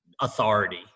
authority